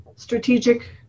strategic